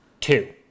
Two